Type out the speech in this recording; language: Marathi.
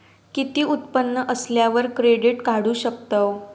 किती उत्पन्न असल्यावर क्रेडीट काढू शकतव?